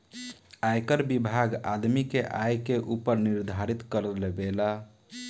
आयकर विभाग आदमी के आय के ऊपर निर्धारित कर लेबेला